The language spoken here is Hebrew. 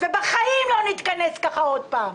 ובחיים לא נתכנס ככה עוד פעם,